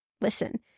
Listen